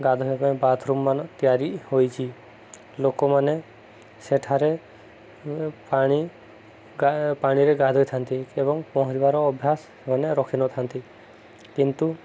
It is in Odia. ଗାଧୋଇବା ପାଇଁ ବାଥରୁମ୍ ମାନ ତିଆରି ହୋଇଛିି ଲୋକମାନେ ସେଠାରେ ପାଣି ପାଣିରେ ଗାଧୋଇଥାନ୍ତି ଏବଂ ପହଁରିବାର ଅଭ୍ୟାସ ମାନେ ରଖିନଥାନ୍ତି କିନ୍ତୁ